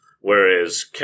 whereas